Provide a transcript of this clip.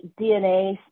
DNA